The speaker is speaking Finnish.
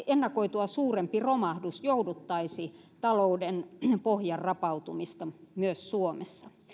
ennakoitua suurempi romahdus jouduttaisi talouden pohjan rapautumista myös suomessa